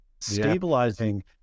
Stabilizing